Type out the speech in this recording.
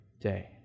day